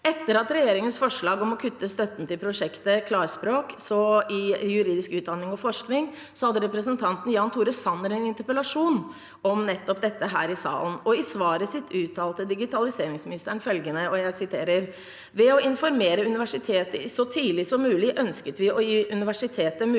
Etter regjeringens forslag om å kutte støtten til prosjektet Klarspråk i juridisk utdanning og forskning hadde representanten Jan Tore Sanner en interpellasjon om nettopp dette her i salen, og i svaret sitt uttalte digitaliseringsministeren følgende: «Ved å informere universitetet så tidlig som mulig ønsket vi å gi universitetet mulighet